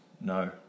No